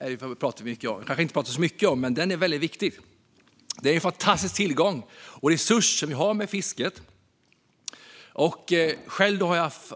Vi pratar kanske inte så mycket om den, men den är väldigt viktig. Fisket är en fantastisk tillgång och resurs. Jag har haft